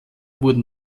wurden